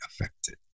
affected